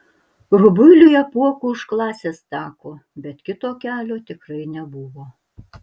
rubuiliui apuokui iš klasės teko bet kito kelio tikrai nebuvo